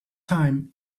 time